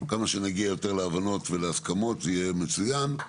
כמה שנגיע יותר להבנות ולהסכמות, זה יהיה מצוין.